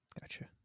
Gotcha